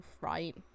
right